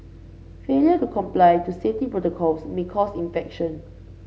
failure to comply to safety protocols may cause infection